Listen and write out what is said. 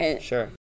Sure